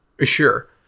Sure